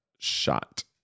shot